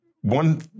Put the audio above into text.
one